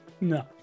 no